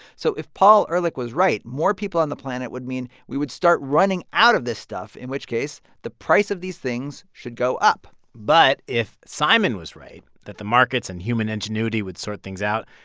so if paul ehrlich was right, more people on the planet would mean we would start running out of this stuff, in which case the price of these things should go up but if simon was right that the markets and human ingenuity would sort things out,